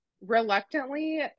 reluctantly